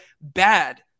bad